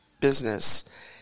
business